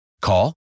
Call